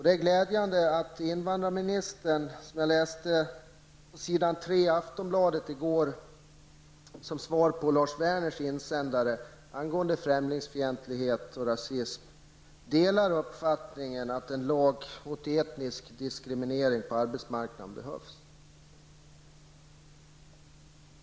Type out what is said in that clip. Det är glädjande att konstatera att invandrarministern -- i ett inlägg på s. 3 i Aftonbladet i går som svar på Lars Werners insändare angående främlingsfientlighet och rasism -- delar uppfattningen att en lag mot etnisk diskriminering på arbetsmarknaden behövs.